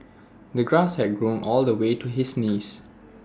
the grass had grown all the way to his knees